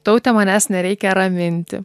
taute manęs nereikia raminti